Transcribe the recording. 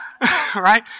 right